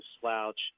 slouch